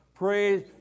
Praise